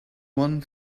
one